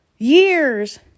Years